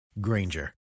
Granger